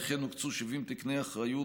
וכן הוקצו 70 תקני אחיות